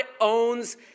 owns